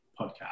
podcast